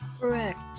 Correct